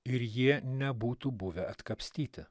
ir jie nebūtų buvę atkapstyti